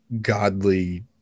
godly